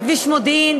בכביש מודיעין,